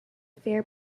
fair